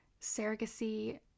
surrogacy